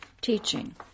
Teaching